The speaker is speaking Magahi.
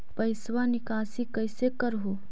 पैसवा निकासी कैसे कर हो?